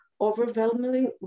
overwhelmingly